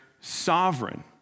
sovereign